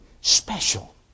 special